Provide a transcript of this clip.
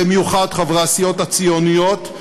במיוחד חברי הסיעות הציוניות,